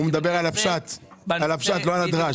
הוא מדבר על הפשט ולא על הדרש.